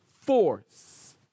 force